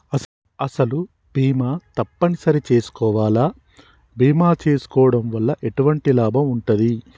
అసలు బీమా తప్పని సరి చేసుకోవాలా? బీమా చేసుకోవడం వల్ల ఎటువంటి లాభం ఉంటది?